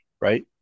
right